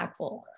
impactful